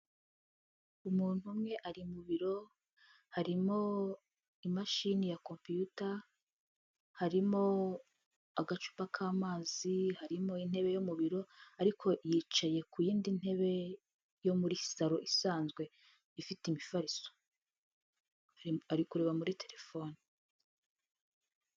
Umuntu umwe ari mu biro harimo imashini ya kompiyuta harimo agacupa k'amazi, harimo intebe yo mu biro ariko yicaye ku yindi ntebe yo muri salo isanzwe ifite imifariso ari kureba muri telefoni.